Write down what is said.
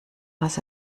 was